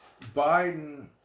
Biden